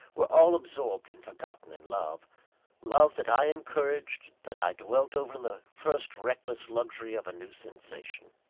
were all absorbed and forgotten in love love that i encouraged, that i dwelt over in the first reckless luxury of a new sensation.